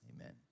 amen